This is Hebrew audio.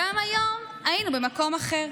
גם, היום היינו במקום אחר.